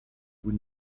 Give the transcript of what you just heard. vous